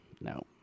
No